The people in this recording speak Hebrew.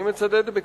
אני מצדד בכך.